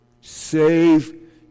save